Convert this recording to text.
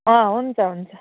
अँ हुन्छ हुन्छ